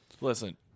Listen